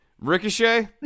Ricochet